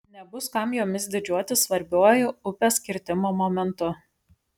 nebus kam jomis didžiuotis svarbiuoju upės kirtimo momentu